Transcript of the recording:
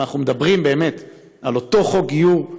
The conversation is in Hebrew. אנחנו מדברים באמת על אותו חוק גיור,